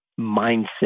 mindset